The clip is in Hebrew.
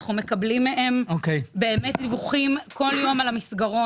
כל יום אנחנו מקבלים מהם דיווחים על המסגרות